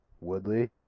Woodley